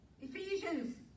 Ephesians